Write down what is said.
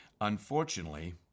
unfortunately